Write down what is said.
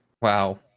wow